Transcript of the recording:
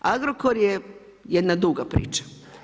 Agrokor je jedna duga priča.